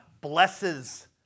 blesses